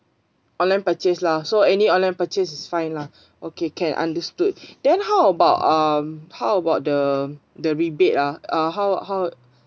online purchase lah so any online purchase is fine lah okay can understood then how about um how about the the rebate ah uh how how